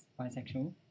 bisexual